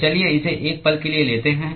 तो चलिए इसे एक पल के लिए लेते हैं